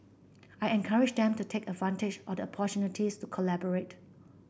I encourage them to take advantage of the to collaborate